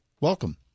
Welcome